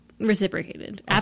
Reciprocated